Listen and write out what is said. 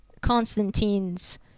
Constantine's